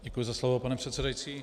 Děkuji za slovo, pane předsedající.